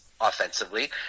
offensively